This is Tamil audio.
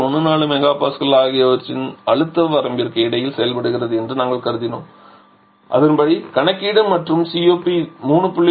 14 MPa ஆகியவற்றின் அழுத்த வரம்பிற்கு இடையில் செயல்படுகிறது என்று நாங்கள் கருதினோம் அதன்படி கணக்கீடு மற்றும் COP 3